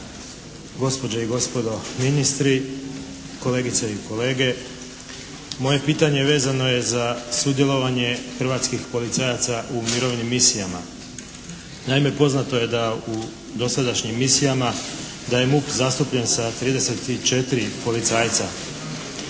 gospođe i gospodo ministri, kolegice i kolege. Moje pitanje vezano je za sudjelovanje hrvatskih policajaca u mirovnim misijama. Naime, poznato je da u dosadašnjim misijama da je MUP zastupljen sa 34 policajca.